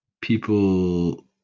people